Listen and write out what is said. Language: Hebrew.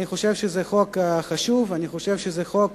אני חושב שזה חוק חשוב, אני חושב שזה חוק